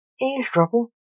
Eavesdropping